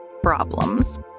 problems